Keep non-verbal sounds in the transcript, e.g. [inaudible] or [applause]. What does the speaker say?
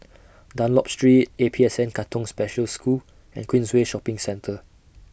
[noise] Dunlop Street A P S N Katong Special School and Queensway Shopping Centre